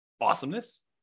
Awesomeness